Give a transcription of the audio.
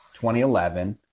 2011